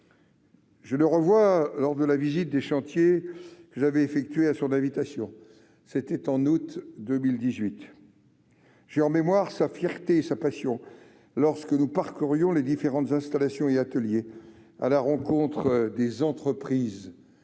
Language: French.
Je le revois, lors d'une visite des chantiers, en août 2018, effectuée à son invitation. J'ai en mémoire sa fierté et sa passion lorsque nous parcourions les différentes installations et ateliers, à la rencontre des entreprises